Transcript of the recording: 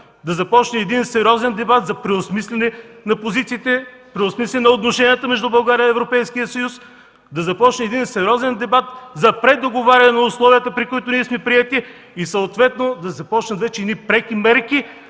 да започне сериозен дебат за преосмисляне на позициите, преосмисляне на отношенията между България и Европейския съюз, да започне сериозен дебат за предоговаряне на условията, при които сме приети и съответно да започнат преки мерки